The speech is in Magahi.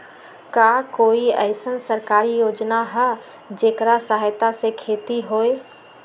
का कोई अईसन सरकारी योजना है जेकरा सहायता से खेती होय?